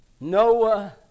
Noah